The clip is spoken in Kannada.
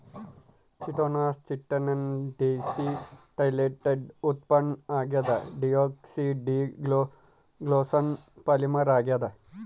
ಚಿಟೋಸಾನ್ ಚಿಟಿನ್ ನ ಡೀಸಿಟೈಲೇಟೆಡ್ ಉತ್ಪನ್ನ ಆಗ್ಯದ ಡಿಯೋಕ್ಸಿ ಡಿ ಗ್ಲೂಕೋಸ್ನ ಪಾಲಿಮರ್ ಆಗ್ಯಾದ